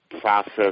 process